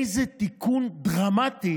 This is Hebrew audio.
איזה תיקון דרמטי